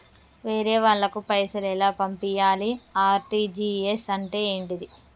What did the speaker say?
వేరే వాళ్ళకు పైసలు ఎలా పంపియ్యాలి? ఆర్.టి.జి.ఎస్ అంటే ఏంటిది?